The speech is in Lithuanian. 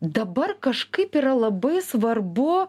dabar kažkaip yra labai svarbu